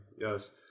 Yes